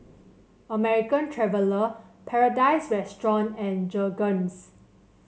American Traveller Paradise Restaurant and Jergens